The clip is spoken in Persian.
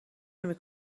نمی